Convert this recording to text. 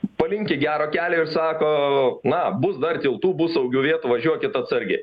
palinki gero kelio ir sako na bus dar tiltų bus saugių vietų važiuokit atsargiai